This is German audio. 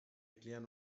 erklären